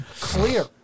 clear